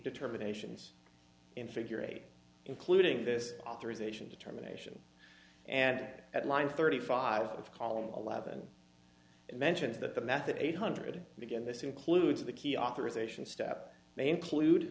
determinations in figure eight including this authorization determination and it at line thirty five of column eleven it mentions that the method eight hundred began this includes the key authorization step may include